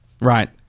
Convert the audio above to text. Right